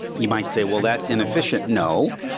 you might say, well, that's inefficient. no,